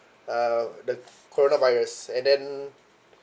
uh the corona virus and then